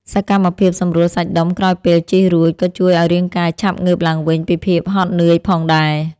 សកម្មភាពសម្រួលសាច់ដុំក្រោយពេលជិះរួច ក៏ជួយឱ្យរាងកាយឆាប់ងើបឡើងវិញពីភាពហត់នឿយផងដែរ។